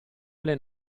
alle